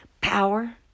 power